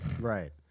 right